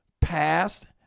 past